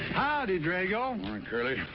howdy, drago. morning, curly.